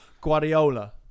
Guardiola